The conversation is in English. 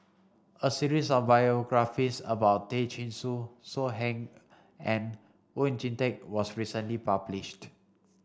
a series of biographies about Tay Chin Joo So Heng and Oon Jin Teik was recently published